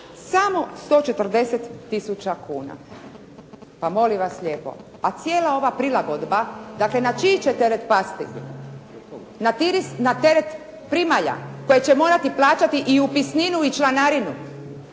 samo 140000 kuna. Pa molim vas lijepo, a cijela ova prilagodba dakle na čiji će teret pasti. Na teret primalja koje će morati plaćati i upisninu i članarinu